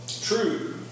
True